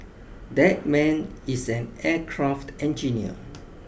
that man is an aircraft engineer